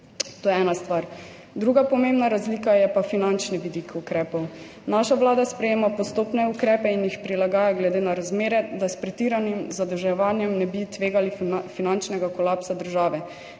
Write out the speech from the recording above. To je ena stvar. Druga pomembna razlika je pa finančni vidik ukrepov. Naša vlada sprejema postopne ukrepe in jih prilagaja glede na razmere, da s pretiranim zadolževanjem ne bi tvegali finančnega kolapsa države.